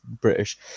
British